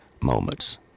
moments